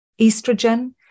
estrogen